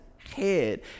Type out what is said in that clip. Head